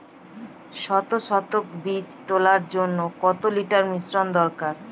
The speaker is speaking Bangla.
দশ শতক বীজ তলার জন্য কত লিটার মিশ্রন দরকার?